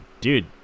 Dude